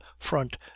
front